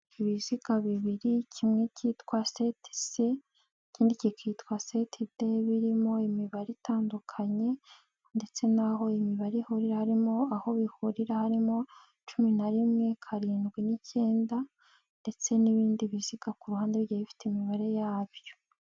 Ibiziga bibiri kimwe kitwa seti si ikindi kikitwa seti de birimo imibare itandukanye, ndetse n'aho aho imibare ihurira harimo aho bihurira harimo cumi na rimwe karindwi n'icyenda, ndetse n'ibindi biziga ku ruhande bigiye bifite imibare yabyo.